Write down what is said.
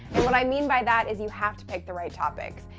what i mean by that is you have to pick the right topics.